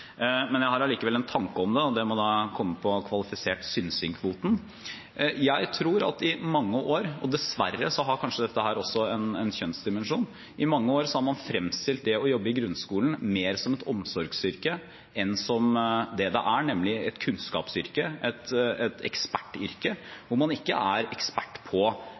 Men jeg har allikevel en tanke om det, og det må komme på kvalifisert synsing-kvoten: Jeg tror at man i mange år – og dessverre har dette kanskje også en kjønnsdimensjon – har fremstilt det å jobbe i grunnskolen mer som et omsorgsyrke enn som det som det er, nemlig et kunnskapsyrke, et ekspertyrke, hvor man ikke er ekspert på